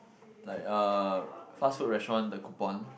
like uh fast food restaurant the coupon